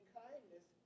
kindness